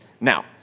Now